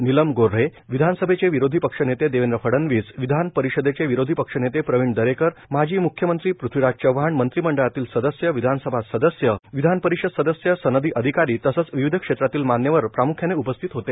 निलम गोऱ्हे विधानसभेचे विरोधी पक्षनेते देवेंद्र फडणवीस विधान परिषदेचे विरोधीपक्षनेते प्रवीण दरेकर माजी मुख्यमंत्री पृथ्वीराज चव्हाण मंत्री मंडळातील सदस्य विधानसभा सदस्य विधान परिषद सदस्य सनदी अधिकारी तसेच विविध क्षेत्रातील मान्यवर प्रामुख्याने उपस्थित होते